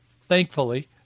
thankfully